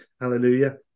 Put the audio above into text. Hallelujah